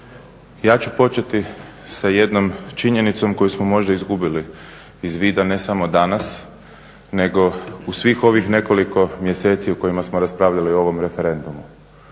Ja ću početi sa jednom činjenicom koju smo možda izgubili iz vida, ne samo danas nego u svih ovih nekoliko mjeseci u kojima smo raspravljali o ovom referendumu.